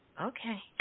Okay